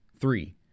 Three